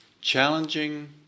challenging